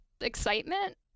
excitement